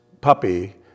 puppy